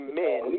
men